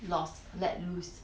lost let loose